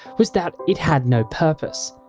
was that it had no purpose.